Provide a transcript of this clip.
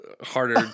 harder